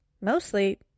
mostly